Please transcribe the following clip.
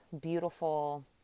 beautiful